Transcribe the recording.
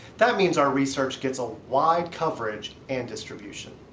that means our research gets a wide coverage and distribution.